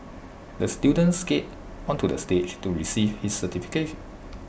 the student skated onto the stage to receive his certificate